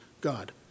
God